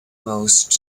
most